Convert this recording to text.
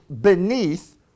beneath